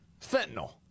Fentanyl